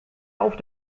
auf